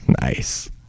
Nice